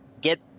get